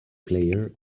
player